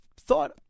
thought